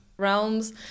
realms